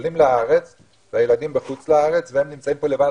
עולים לארץ והילדים בחוץ לארץ והם נמצאים פה לבד,